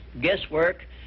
guesswork